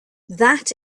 that